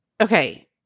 Okay